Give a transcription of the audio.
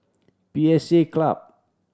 P S A Club